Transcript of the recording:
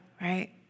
right